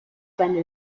seine